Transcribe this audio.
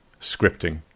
scripting